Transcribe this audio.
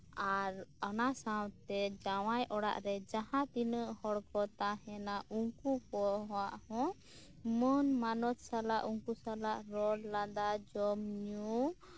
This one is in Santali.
ᱟᱨ ᱚᱱᱟ ᱥᱟᱶᱛᱮ ᱡᱟᱶᱟᱭ ᱚᱲᱟᱜ ᱨᱮ ᱡᱟᱦᱟᱸ ᱛᱤᱱᱟᱹᱜ ᱦᱚᱲᱠᱚ ᱛᱟᱦᱮᱱᱟ ᱩᱱᱠᱩ ᱠᱚᱣᱟᱜ ᱦᱚᱸ ᱢᱟᱹᱱ ᱢᱟᱱᱚᱛ ᱥᱟᱞᱟᱜ ᱩᱱᱠᱩ ᱥᱟᱞᱟᱜ ᱨᱚᱲ ᱞᱟᱸᱫᱟ ᱡᱚᱢᱼᱧᱩ